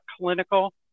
clinical